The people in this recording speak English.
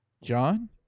John